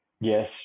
yes